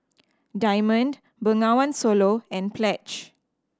Diamond Bengawan Solo and Pledge